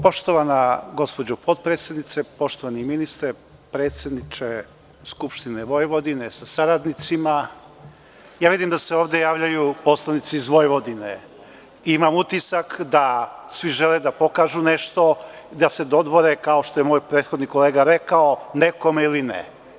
Poštovana gospođo potpredsednice, poštovani ministre, predsedniče Skupštine Vojvodine sa saradnicima, vidim da se ovde javljaju poslanici iz Vojvodine i imam utisak da svi žele da pokažu nešto i da se dodvore kao što je moj prethodni kolega rekao, nekome ili ne.